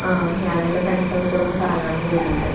ആ ഞാനും എൻ്റെ ഫ്രണ്ട്സ് ഒക്കെ കൂടെ ഒന്ന് കറങ്ങാം എന്ന് കരുതിയിട്ട്